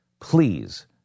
please